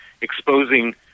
exposing